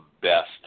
best